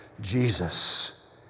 Jesus